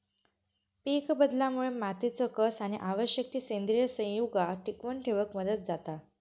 पीकबदलामुळे मातीचो कस आणि आवश्यक ती सेंद्रिय संयुगा टिकवन ठेवक मदत जाता